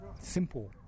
simple